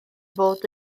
fod